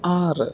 ആറ്